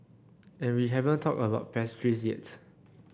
and we haven't talked about pastries yet